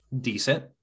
decent